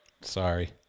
Sorry